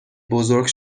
بزرگ